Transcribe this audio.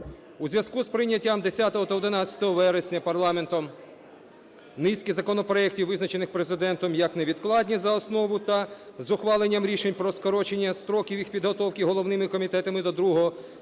У зв'язку з прийняттям 10 та 11 вересня парламентом низки законопроектів, визначених Президентом як невідкладні, за основу та з ухваленням рішень про скорочення строків їх підготовки головними комітетами до